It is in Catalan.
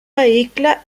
vehicle